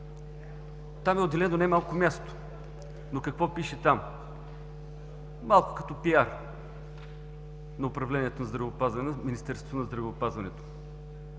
Там е отделено немалко място, но какво пише там? Малко като пиар на управлението на здравеопазването